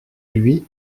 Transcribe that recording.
lui